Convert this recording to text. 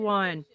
one